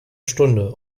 stunde